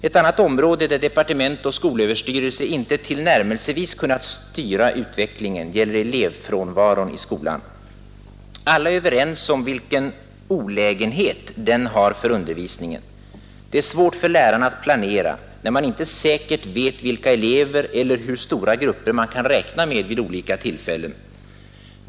Ett annat område där departement och skolöverstyrelse inte tillnärmelsevis kunnat styra utvecklingen gäller elevfrånvaron i skolan. Alla är överens om vilken olägenhet den har för undervisningen. Det är svårt för lärarna att planera, när man inte säkert vet vilka elever eller hur stora grupper man kan räkna med vid olika tillfällen.